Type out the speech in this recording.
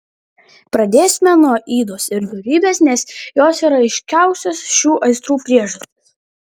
pradėsime nuo ydos ir dorybės nes jos yra aiškiausios šių aistrų priežastys